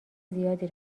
زیادی